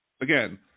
again